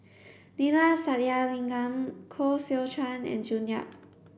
Neila Sathyalingam Koh Seow Chuan and June Yap